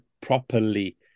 properly